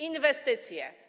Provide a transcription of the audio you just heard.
Inwestycje.